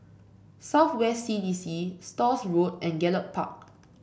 South West C D C Stores Road and Gallop Park